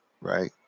right